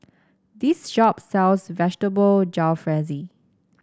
this shop sells Vegetable Jalfrezi